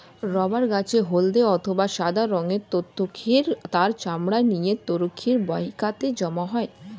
rubber গাছের হল্দে অথবা সাদা রঙের তরুক্ষীর তার চামড়ার নিচে তরুক্ষীর বাহিকাতে জমা হয়